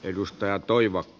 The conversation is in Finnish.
arvoisa puhemies